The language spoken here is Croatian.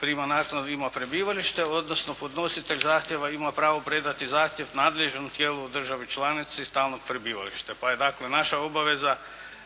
prima naknadu i ima prebivalište, odnosno podnositelj zahtjeva ima pravo predati zahtjev nadležnom tijelu državi članici stalnog prebivališta pa je dakle naša obaveza